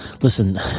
Listen